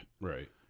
Right